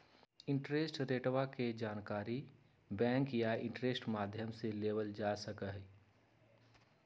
interest रेटवा के जानकारी बैंक या इंटरनेट माध्यम से लेबल जा सका हई